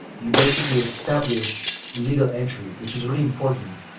you basically establish legal entry which is really important